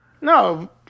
No